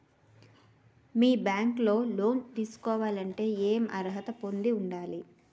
మీ bank లో loan తీసుకోవాలంటే ఎం అర్హత పొంది ఉండాలి?